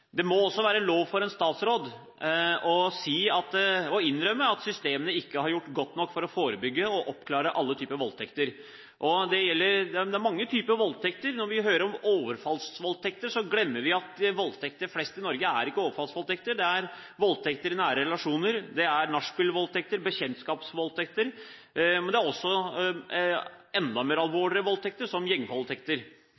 Det må også være lov for en statsråd å innrømme at systemene ikke har gjort nok for å forebygge og oppklare alle typer voldtekter. Det er mange typer voldtekter. Når vi hører om overfallsvoldtekter, glemmer vi at voldtekter flest i Norge ikke er overfallsvoldtekter – det er voldtekter i nære relasjoner, det er nachspielvoldtekter, det er bekjentskapsvoldtekter, men det er også enda